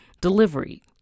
delivery